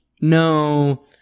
No